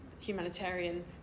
humanitarian